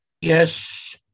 Yes